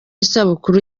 isabukuru